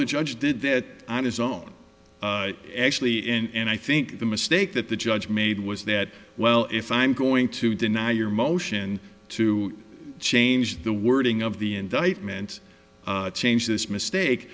the judge did that on his own actually and i think the mistake that the judge made was that well if i'm going to deny your motion to change the wording of the indictment change this mistake